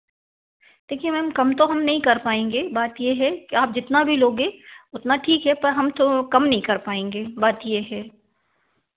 देखिए मैम कम तो हम नहीं कर पाएँगे बात यह है आप जितना भी लोगे उतना ठीक है पर हम तो कम नहीं कर पाएँगे बात यह है